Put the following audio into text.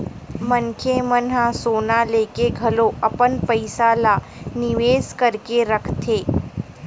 मनखे मन ह सोना लेके घलो अपन पइसा ल निवेस करके रखथे